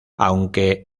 aunque